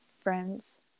friends